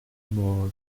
morgue